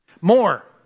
More